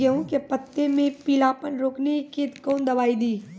गेहूँ के पत्तों मे पीलापन रोकने के कौन दवाई दी?